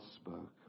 spoke